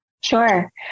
sure